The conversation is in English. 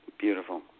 Beautiful